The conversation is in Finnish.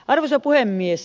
arvoisa puhemies